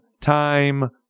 time